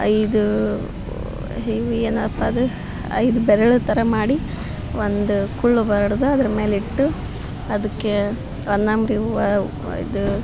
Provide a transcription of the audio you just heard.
ಐದು ಹೆಂಗೆ ಏನಪ್ಪ ಅದು ಐದು ಬೆರಳು ಥರ ಮಾಡಿ ಒಂದು ಕುಳ್ಳು ಬಡಿದು ಅದರ ಮೇಲೆ ಇಟ್ಟು ಅದಕ್ಕೆ ಹೊನ್ನಂಬ್ರಿ ಹೂವ ಇದು